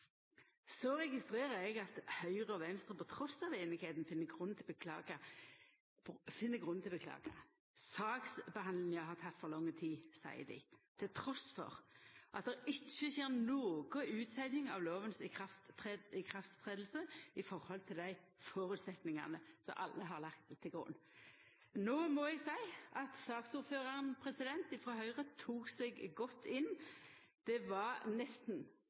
Så registrerer eg at Høgre og Venstre – på tross av einigheita – finn grunn til å beklaga: Saksbehandlinga har teke for lang tid, seier dei, trass i at det ikkje kjem nokon utsetjing av lova si iverksetjing i forhold til dei føresetnadene som alle har lagt til grunn. No må eg seia at saksordføraren frå Høgre tok seg godt inn. Det var nesten